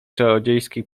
czarodziejskiej